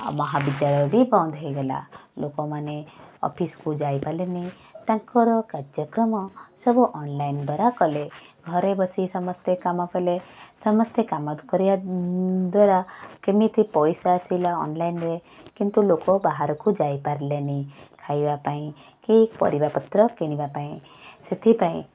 ମହାବିଦ୍ୟାଳୟ ବି ବନ୍ଦ ହେଇଗଲା ଲୋକମାନେ ଅଫିସକୁ ଯାଇ ପାରିଲେନି ତାଙ୍କର କାର୍ଯ୍ୟକ୍ରମ ସବୁ ଅନଲାଇନ୍ ଦ୍ଵାରା କଲେ ଘରେ ବସି ସମସ୍ତେ କାମ କଲେ ସମସ୍ତେ କାମ କରିବା ଦ୍ଵାରା କେମିତି ପଇସା ଆସିଲା ଅନଲାଇନ୍ରେ କିନ୍ତୁ ଲୋକ ବାହାରକୁ ଯାଇପାରିଲେନି ଖାଇବା ପାଇଁ କି ପରିବାପତ୍ର କିଣିବା ପାଇଁ ସେଥିପାଇଁ